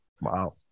Wow